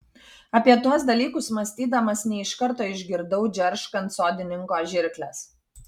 apie tuos dalykus mąstydamas ne iš karto išgirdau džerškant sodininko žirkles